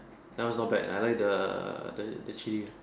that one is not bad I like the the chili